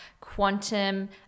quantum